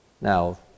Now